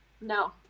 No